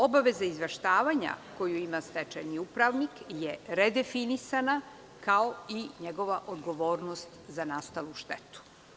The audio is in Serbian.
Obavezu izveštavanja koju ima stečajni upravnik je redefinisana, kao i njegova odgovornost za nastalu štetu.